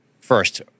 first